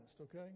okay